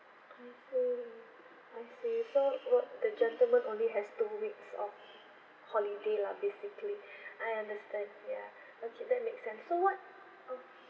I see I see so well the gentlemen only has two weeks of holiday lah basically I understand yeah okay that makes sense so what uh